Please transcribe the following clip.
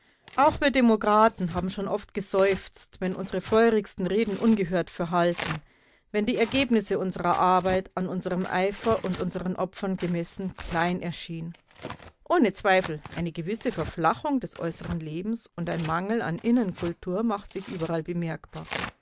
auch wir demokraten haben schon oft geseufzt wenn unsere feurigsten reden ungehört verhallten wenn die ergebnisse unserer arbeit an unserem eifer und unseren opfern gemessen klein erschienen ohne zweifel eine gewisse verflachung des äußeren lebens und ein mangel an innenkultur macht sich überall bemerkbar